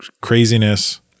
craziness